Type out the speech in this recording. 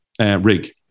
rig